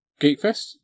GeekFest